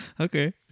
okay